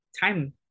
time